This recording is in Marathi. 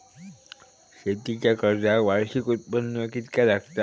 शेती कर्जाक वार्षिक उत्पन्न कितक्या लागता?